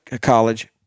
college